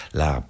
la